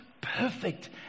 perfect